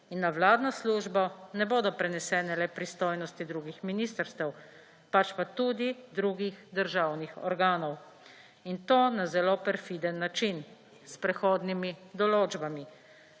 In na vladno službo ne bodo prenesene le pristojnosti drugih ministrstev, pač pa tudi drugih državnih organov in to na zelo prefinjen način, s prehodnimi določbami.